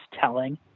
telling